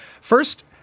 First